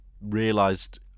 realised